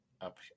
up